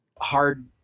hard